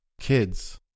Kids